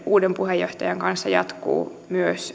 uuden puheenjohtajan kanssa jatkuu